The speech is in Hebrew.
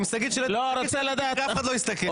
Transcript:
עם שקית אף אחד לא יסתכל.